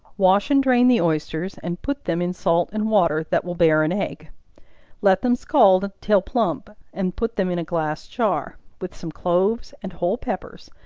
wash and drain the oysters, and put them in salt and water, that will bear an egg let them scald till plump, and put them in a glass jar, with some cloves and whole peppers,